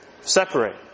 separate